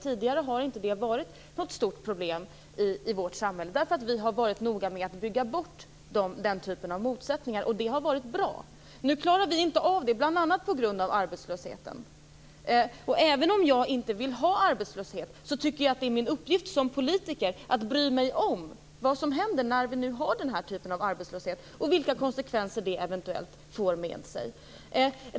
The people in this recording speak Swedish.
Tidigare har inte det varit något stort problem i vårt samhälle, eftersom vi har varit noga med att bygga bort den typen av motsättningar. Det har varit bra. Nu klarar vi inte av det, bl.a. på grund av arbetslösheten. Och även om jag inte vill ha arbetslöshet tycker jag att det är min uppgift som politiker att bry mig om vad som händer när vi nu har den här typen av arbetslöshet och vilka konsekvenser det eventuellt för med sig.